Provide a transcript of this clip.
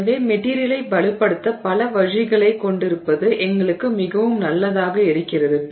எனவே மெட்டிரியலை வலுப்படுத்த பல வழிகளைக் கொண்டிருப்பது எங்களுக்கு மிகவும் நல்லதாக இருக்கிறது